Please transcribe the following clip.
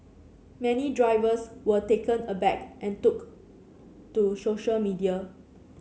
many drivers were taken aback and took to social media